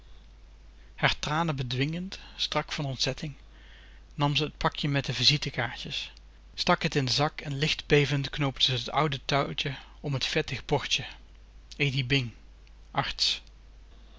haar tranen bedwingend strak van ontzetting nam ze het pakje met de visitekaartjes stak het in den zak en licht bevend knoopte ze het oude touwtje om het vettig bordje